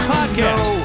Podcast